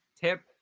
Tip